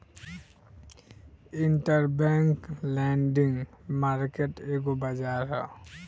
interbank lending market एगो बाजार ह